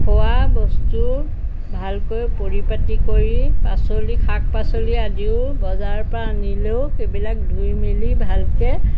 খোৱা বস্তু ভালকৈ পৰিপাতি কৰি পাচলি শাক পাচলি আদিও বজাৰৰ পৰা আনিলেও সেইবিলাক ধুই মেলি ভালকৈ